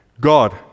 God